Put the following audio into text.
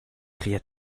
cria